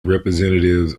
representatives